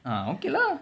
ah okay lah